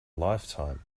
lifetime